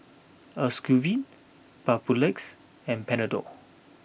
Ocuvite Papulex and Panadol